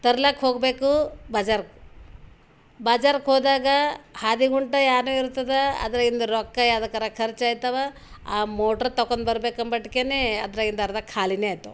ತರ್ಲಕ್ಕ ಹೋಗಬೇಕು ಬಜಾರಕ್ಕ ಬಾಜಾರಕ್ಕ ಹೋದಾಗ ಹಾದಿಗುಂಟ ಏನೋ ಇರ್ತದೆ ಅದರಿಂದ ರೊಕ್ಕ ಯಾವ್ದಕ್ಕರ ಖರ್ಚು ಐತವ ಆ ಮೋಟ್ರ್ ತಕೊಂದ್ಬರ್ಬೆಕಂಬಟ್ಕೆನೇ ಅದ್ರಾಗಿಂದು ಅರ್ಧ ಖಾಲಿನೆ ಐತವ